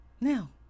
Now